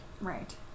Right